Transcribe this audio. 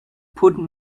put